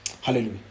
Hallelujah